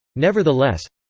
nevertheless.